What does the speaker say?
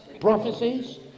prophecies